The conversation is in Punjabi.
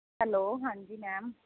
ਹੈਲੋ ਹਾਂਜੀ ਮੈਮ